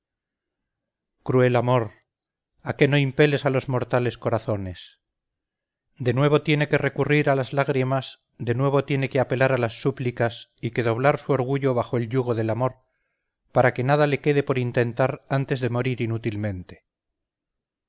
cruel amor a qué no impeles a los mortales corazones de nuevo tiene que recurrir a las lágrimas de nuevo tiene que apelar a las súplicas y que doblar su orgullo bajo el yugo del amor para que nada le quede por intentar antes de morir inútilmente